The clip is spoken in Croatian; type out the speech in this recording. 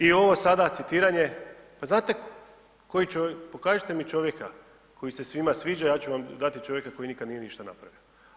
I ovo sada citiranje, pa znate koji čovjek, pokažite mi čovjeka koji se svima sviđa ja ću vam dati čovjeka koji nikad nije ništa napravio.